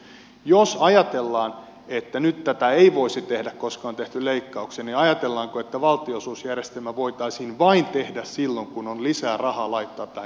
jos ajatellaan että nyt tätä ei voisi tehdä koska on tehty leikkauksia niin ajatellaanko että valtionosuusjärjestelmä voitaisiin tehdä vain silloin kun on lisää rahaa laittaa tähän järjestelmään